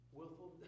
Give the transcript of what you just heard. willful